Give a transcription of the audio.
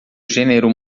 gênero